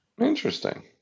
Interesting